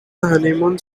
honeymoon